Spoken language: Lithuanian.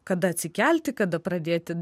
kada atsikelti kada pradėti